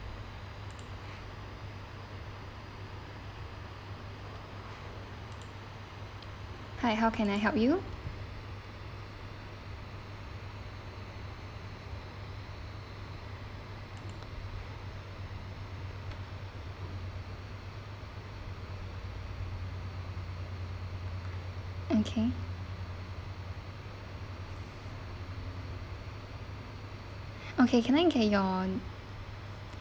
hi how can I help you okay okay can I get your